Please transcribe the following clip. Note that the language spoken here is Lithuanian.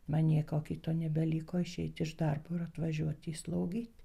man nieko kito nebeliko išeiti iš darbo ir atvažiuot jį slaugyt